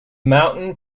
mountain